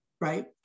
right